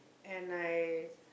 and I